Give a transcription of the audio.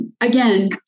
again